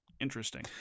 interesting